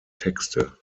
texte